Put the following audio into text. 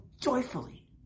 joyfully